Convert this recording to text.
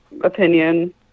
opinion